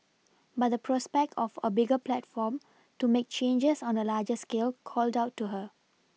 but the prospect of a bigger platform to make changes on a larger scale called out to her